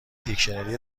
دیکشنری